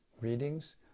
readings